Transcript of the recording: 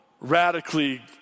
radically